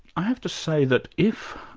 i have to say that if,